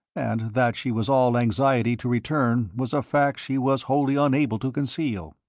and that she was all anxiety to return was a fact she was wholly unable to conceal.